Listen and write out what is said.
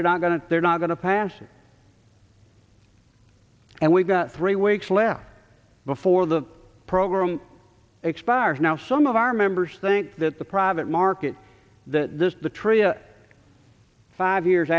they're not going to they're not going to pass and we've got three weeks left before the program expires now some of our members think that the private market the the tree a five years